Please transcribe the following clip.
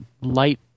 light